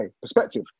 perspective